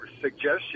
suggestion